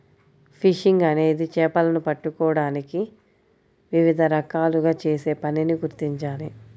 fishing అనేది చేపలను పట్టుకోవడానికి వివిధ రకాలుగా చేసే పనిగా గుర్తించాలి